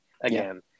again